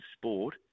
sport